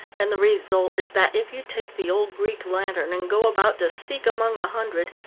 and the result is that if you take the old greek lantern and go about to seek among a hundred,